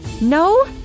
No